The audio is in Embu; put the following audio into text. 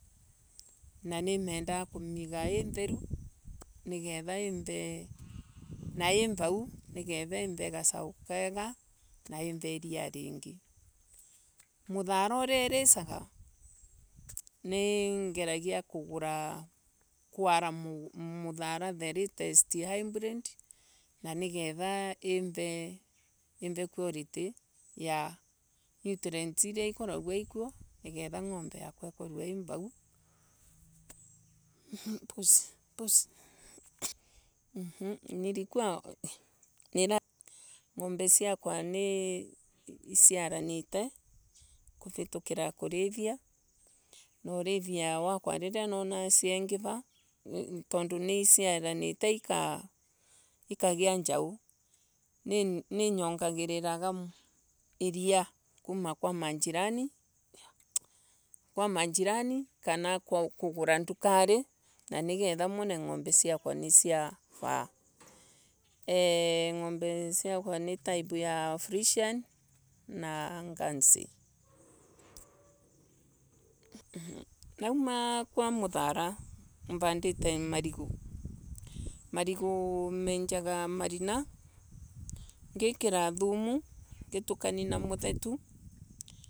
Na nimentaga kumiga itheru. na ivau. niketha ive gasau kega ra ive iria ringi. Muthara iria iricaga. Ningeragia kugura Kuara muthara uria ringi. Muthara iria iricaga ningeragia kugura Kwara mathara uria latest hybrid. niketha ive quality ya nutrients iria ikaragwa ikuo niketha ngombe yakwa ikorwe ie vau. Mmh Niliua Nirai Ngombe siakwa niciaranite ikaga njau. ninyonyagiriri iria kuma kwa majirani kana kugura dukari na niketha mone ngombe siakwa nisiavaa ngombe siakwa ni type ya fresian na ngancy nauma kwa muthara vandite marigu. Marigu menjete murima ngikira thumu ngitukani na muthetu.